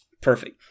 perfect